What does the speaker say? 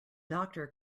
doctor